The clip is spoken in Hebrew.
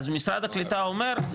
אז משרד הקליטה אומר,